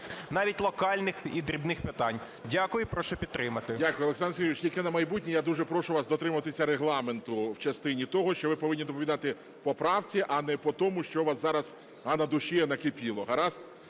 навіть локальних і дрібних питань. Дякую і прошу підтримати. ГОЛОВУЮЧИЙ. Дякую. Олександр Сергійович, тільки на майбутнє я дуже прошу вас дотримуватися Регламенту в частині того, що ви повинні доповідати по правці, а не по тому, що у вас зараз на душі накипіло.